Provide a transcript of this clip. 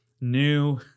new